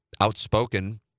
outspoken